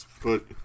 put